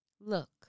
Look